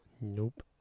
Nope